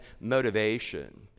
motivation